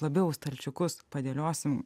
labiau stalčiukus padėliosim